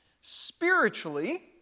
spiritually